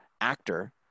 actor